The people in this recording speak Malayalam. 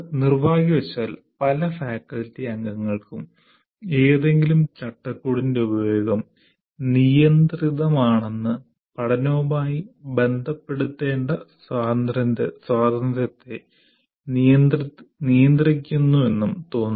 നിർഭാഗ്യവശാൽ പല ഫാക്കൽറ്റി അംഗങ്ങൾക്കും ഏതെങ്കിലും ചട്ടക്കൂടിന്റെ ഉപയോഗം നിയന്ത്രിതമാണെന്നും പഠനവുമായി ബന്ധപ്പെടുത്തേണ്ട സ്വാതന്ത്ര്യത്തെ നിയന്ത്രിക്കുന്നുവെന്നും തോന്നുന്നു